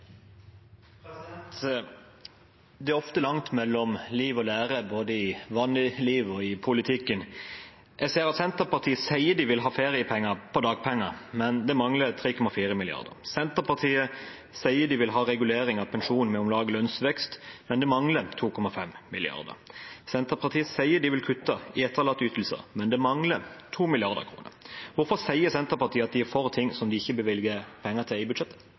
ofte langt mellom liv og lære, både i vanlig liv og i politikken. Jeg ser at Senterpartiet sier de vil ha feriepenger på dagpenger, men det mangler 3,4 mrd. kr. Senterpartiet sier de vil ha regulering av pensjonen med om lag lønnsvekst, men det mangler 2,5 mrd. kr. Senterpartiet sier de vil gå imot kutt i etterlatteytelser, men det mangler 2 mrd. kr. Hvorfor sier Senterpartiet at de er for ting som de ikke bevilger penger til i budsjettet?